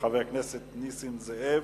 וחבר הכנסת נסים זאב,